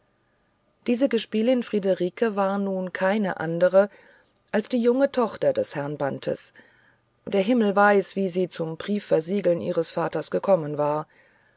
diese gespielin friederike war nun keine andere als die junge tochter des herrn bantes der himmel weiß wie sie zum briefversiegeln ihres vaters gekommen war